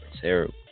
terrible